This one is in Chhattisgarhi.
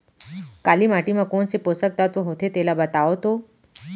काली माटी म कोन से पोसक तत्व होथे तेला बताओ तो?